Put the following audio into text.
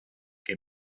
que